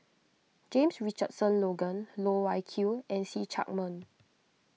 James Richardson Logan Loh Wai Kiew and See Chak Mun